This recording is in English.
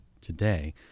today